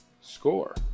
score